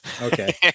Okay